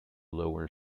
lower